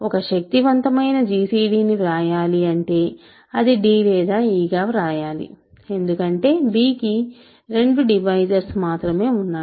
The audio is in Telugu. ఒక శక్తివంతమైన gcd ని వ్రాయాలి అంటే అది d లేదా e గా వ్రాయాలి ఎందుకంటే b కి 2 డివైజర్స్ మాత్రమే ఉన్నాయి